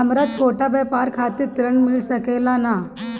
हमरा छोटा व्यापार खातिर ऋण मिल सके ला?